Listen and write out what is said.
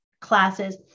classes